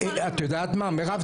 את יודעת מה, מירב,